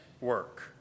work